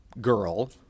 girl